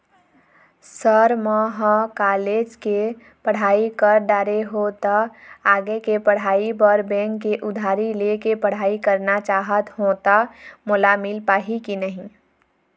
Sir म ह college के पढ़ाई कर दारें हों ता आगे के पढ़ाई बर बैंक ले उधारी ले के पढ़ाई करना चाहत हों ता मोला मील पाही की नहीं?